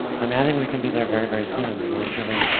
um i think we can be there very, very soon. we've driven